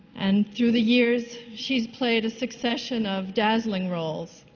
and through the years, she's played a succession of dazzling roles.